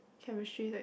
chemistry